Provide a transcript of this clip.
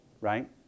Right